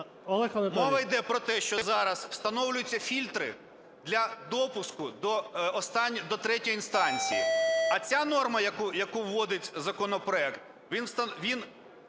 Мова йде про те, що зараз встановлюються фільтри для допуску до третьої інстанції. А ця норма, яку вводить законопроект, він